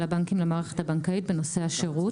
הבנקים למערכת הבנקאית בנושא השירות.